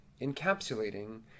encapsulating